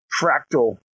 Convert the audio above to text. fractal